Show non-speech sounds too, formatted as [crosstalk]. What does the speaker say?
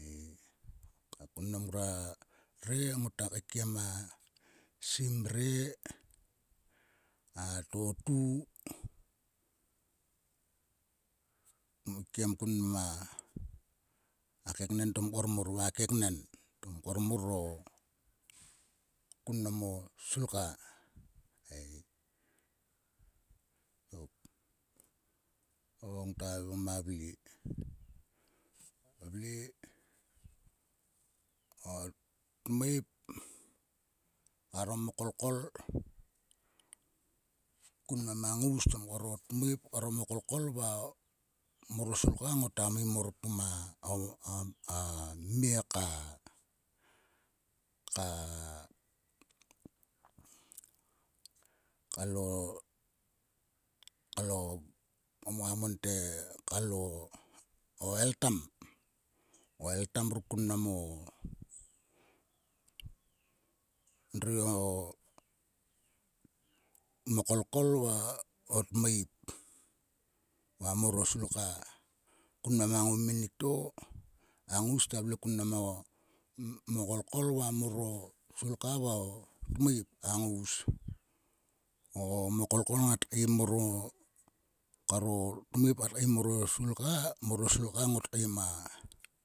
Ei va kun mnam ngora re. ngot keikiem a simre. a totu. kmikiem kun ma keknen to mkor mor va a keknen to mkor mor o kun mo sulka ei tok o ngta ngoma vle. vle o tmoip kar o mkolkol. Kun mnam a ngous to mkor o tmoipkar o mkolkol va mor o sulka ngota muim mor pum a [unintelligible] mie ka. ka. kalo. ngma mon te o o eltan. O eltan ruk kun mo dri o mkolkol va o tmoip va mor o sulka. Kun mnam a ngoumik to a ngous ta vle kun nam o mkol kol va mor o sulka va o tmoip. A ngous. o mkol kol ngat keim mor o kar o tmoip ngat kaim mor o sulka. O sulka ngot keim a.